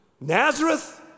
Nazareth